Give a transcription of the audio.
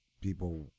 people